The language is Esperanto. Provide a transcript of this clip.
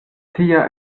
tia